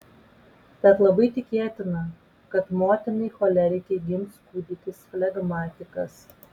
tad labai tikėtina kad motinai cholerikei gims kūdikis flegmatikas